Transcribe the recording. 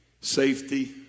safety